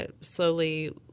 slowly